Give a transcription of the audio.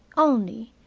only,